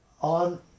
on